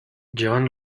llevan